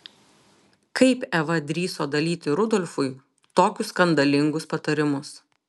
kaip eva drįso dalyti rudolfui tokius skandalingus patarimus